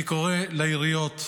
אני קורא לעיריות,